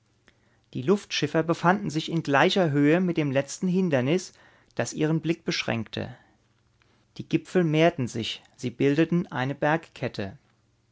die luftschiffer befanden sich in gleicher höhe mit dem letzten hindernis das ihren blick beschränkte die gipfel mehrten sich sie bildeten eine bergkette